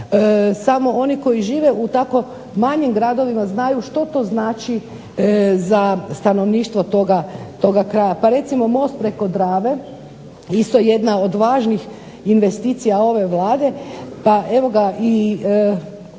Samo oni koji žive u tako manjim gradovima znaju što to znači za stanovništvo toga kraja. Pa recimo most preko Drave isto jedna je od važnih investicija ove Vlade. Pa evo ga i